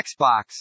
Xbox